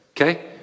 okay